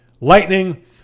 Lightning